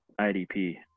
IDP